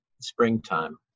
springtime